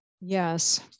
Yes